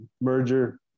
merger